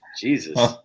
Jesus